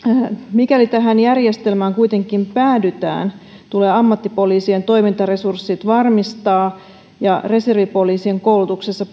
mikäli tähän järjestelmään kuitenkin päädytään tulee ammattipoliisien toimintaresurssit varmistaa ja reservipoliisien koulutuksessa